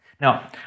Now